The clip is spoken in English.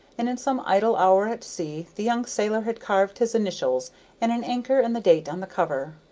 and in some idle hour at sea the young sailor had carved his initials and an anchor and the date on the cover.